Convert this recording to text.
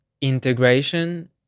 integration